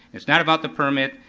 it's not about the permit,